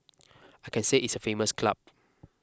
I can say it's a famous club